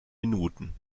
minuten